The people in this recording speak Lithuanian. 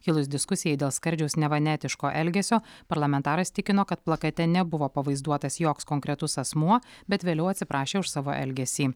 kilus diskusijai dėl skardžiaus neva neetiško elgesio parlamentaras tikino kad plakate nebuvo pavaizduotas joks konkretus asmuo bet vėliau atsiprašė už savo elgesį